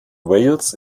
wales